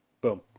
Boom